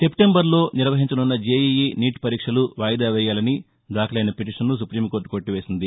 September లో నిర్వహించనున్న JEE NEET పరీక్షలు వాయిదా వేయాలని దాఖలైన ఫిటీషన్ ను సుప్రీంకోర్లు కొట్టివేసింది